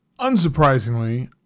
unsurprisingly